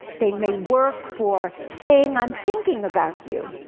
they may work for saying, i'm thinking about you,